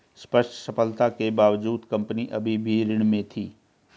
स्पष्ट सफलता के बावजूद कंपनी अभी भी ऋण में थी